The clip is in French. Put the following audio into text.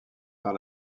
par